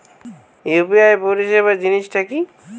UPI পরিসেবা জিনিসটা কি?